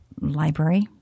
Library